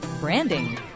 branding